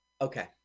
Okay